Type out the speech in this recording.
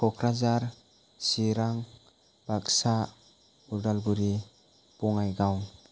Kokrajhar Chirang Baksa Udalguri Bongaigaon